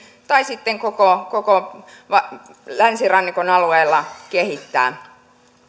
tai sitten koko koko länsirannikon alueen kanssa kehittää